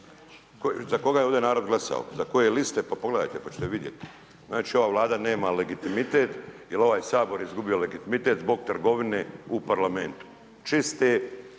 Za koga je ovdje narod glasao? Za koje liste, pa pogledajte pa ćete vidjeti. Znači ova Vlada nema legitimitet jer ovaj Sabor je izgubio legitimitet zbog trgovine u Parlamentu, čiste